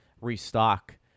restock